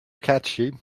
catchy